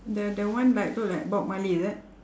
the the one like look like bob marley is it